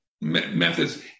methods